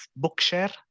Bookshare